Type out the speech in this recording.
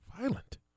violent